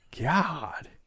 God